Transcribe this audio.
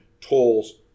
tolls